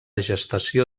gestació